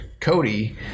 Cody